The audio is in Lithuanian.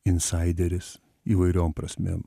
insaideris įvairiom prasmėm